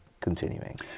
continuing